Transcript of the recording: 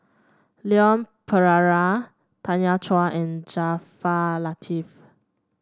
Leon Perera Tanya Chua and Jaafar Latiff